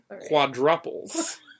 Quadruples